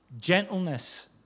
gentleness